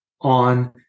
on